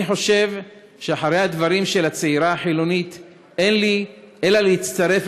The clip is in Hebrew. אני חושב שאחרי הדברים של הצעירה החילונית אין לי אלא להצטרף